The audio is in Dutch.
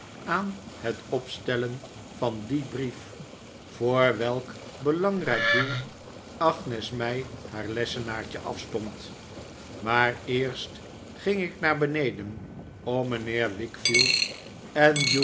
aan het opstellen van dien brief voor welk belangrijk doel agnes mij haar lessenaartje afstond maar eerst ging ik naar beneden om mijnheer